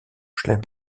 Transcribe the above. chelem